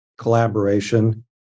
Collaboration